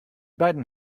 beiden